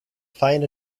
find